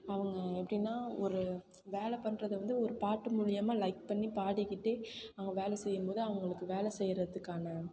அவங்க எப்படின்னா ஒரு வேலை பண்றதை வந்து ஒரு பாட்டு மூலிமா லைக் பண்ணி பாடிக்கிட்டே அவங்க வேலை செய்யும்போது அவங்களுக்கு வேலை செய்கிறதுக்கான